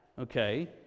okay